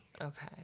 Okay